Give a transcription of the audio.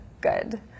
good